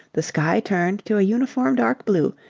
the sky turned to a uniform dark blue,